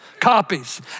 copies